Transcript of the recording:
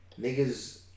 niggas